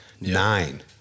nine